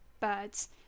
birds